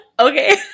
Okay